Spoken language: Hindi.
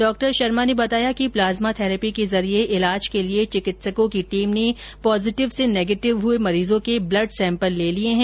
डॉ शर्मा ने बताया कि प्लाज्मा थैरेपी के जरिए इलाज के लिए चिकित्सकों की टीम ने पॉजीटिव से नेगेटिव हुए मरीजों के ब्लड सैंपल ले लिये है